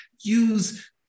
use